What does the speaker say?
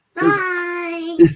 Bye